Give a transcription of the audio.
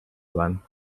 sein